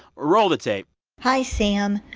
roll the tape hi, sam.